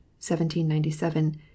1797